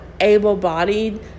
able-bodied